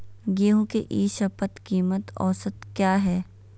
गेंहू के ई शपथ कीमत औसत क्या है?